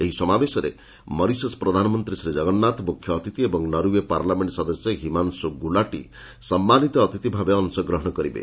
ଏହି ସମାବେଶରେ ମରିସସ୍ ପ୍ରଧାନମନ୍ତ୍ରୀ ଶ୍ରୀ ଜଗନ୍ନାଥ ମୁଖ୍ୟଅତିଥି ଏବଂ ନରଓ୍ୱେର ପାର୍ଲାମେଣ୍ଟ ସଦସ୍ୟ ହିମାଂଶୁ ଗୁଲାଟି ସମ୍ମାନିତ ଅତିଥି ଭାବେ ଅଂଶ ଗ୍ରହଣ କରିବେ